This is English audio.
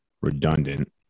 redundant